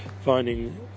finding